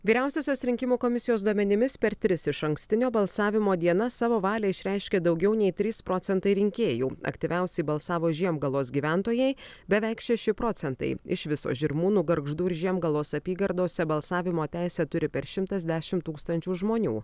vyriausiosios rinkimų komisijos duomenimis per tris išankstinio balsavimo dienas savo valią išreiškė daugiau nei trys procentai rinkėjų aktyviausiai balsavo žiemgalos gyventojai beveik šeši procentai iš viso žirmūnų gargždų ir žiemgalos apygardose balsavimo teisę turi per šimtas dešim tūkstančių žmonių